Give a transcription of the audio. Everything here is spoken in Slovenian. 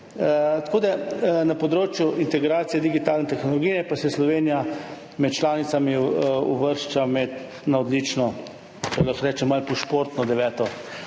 držijo. Na področju integracije digitalne tehnologije pa se Slovenija med članicami uvršča na odlično, če lahko rečem malo po športno, deveto